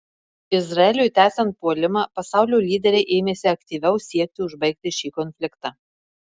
izraeliui tęsiant puolimą pasaulio lyderiai ėmėsi aktyviau siekti užbaigti šį konfliktą